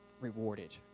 rewarded